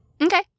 Okay